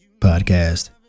podcast